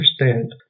understand